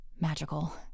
magical